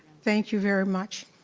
thank you very much.